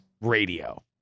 radio